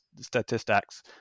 statistics